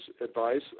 advice